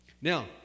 Now